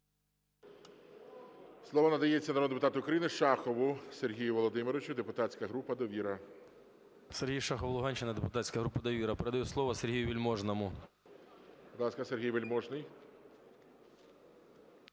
Слово надається народному депутату України Шахову Сергію Володимировичу, депутатська група "Довіра". 13:29:24 ШАХОВ С.В. Сергій Шахов, Луганщина, депутатська група "Довіра". Передаю слово Сергію Вельможному. ГОЛОВУЮЧИЙ. Будь ласка, Сергій Вельможний.